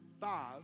five